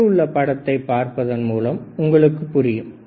கீழே உள்ள படத்தைப் பார்ப்பதன் மூலம் உங்களுக்கு புரியும்